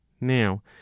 now